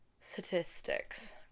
statistics